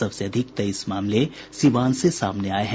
सबसे अधिक तेईस मामले सीवान से सामने आये हैं